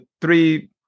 three